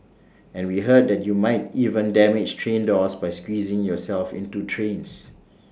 and we heard that you might even damage train doors by squeezing yourself into trains